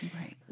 Right